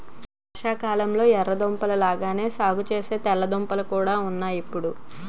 వర్షాకాలంలొ ఎర్ర దుంపల లాగానే సాగుసేసే తెల్ల దుంపలు కూడా ఉన్నాయ్ ఇప్పుడు